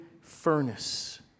furnace